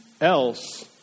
else